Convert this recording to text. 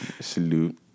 salute